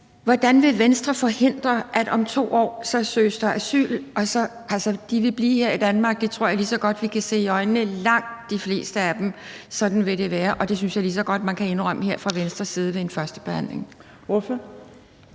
Hvordan vil Venstre forhindre, at der om 2 år søges asyl? Altså, de vil blive her i Danmark – langt de fleste af dem. Det tror jeg lige så godt vi kan se i øjnene. Sådan vil det være, og det synes jeg lige så godt man kan indrømme her fra Venstres side ved en første behandling. Kl.